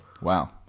Wow